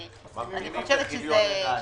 אני חושבת שזה נכון.